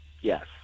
yes